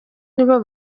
nibo